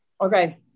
Okay